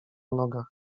nogach